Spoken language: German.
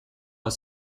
aus